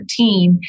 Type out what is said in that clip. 2013